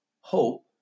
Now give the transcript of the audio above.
Hope